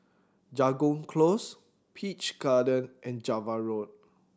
Jago Close Peach Garden and Java Road